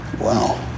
Wow